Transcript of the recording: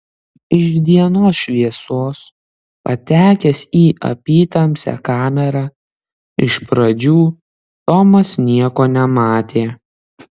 iš dienos šviesos patekęs į apytamsę kamerą iš pradžių tomas nieko nematė